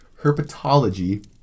herpetology